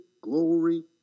glory